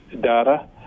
data